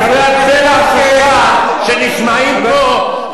דברי הבלע שלך שנשמעים פה,